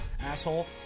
asshole